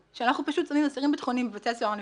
שאנחנו פשוט שמים אסירים ביטחוניים בבתי סוהר נפרדים.